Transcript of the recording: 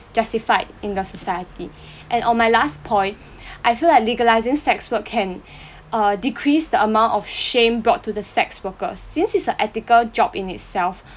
justified in the society and on my last point I feel like legalising sex work can err decrease the amount of shame brought to the sex worker since it's a ethical job in itself